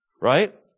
Right